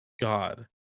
god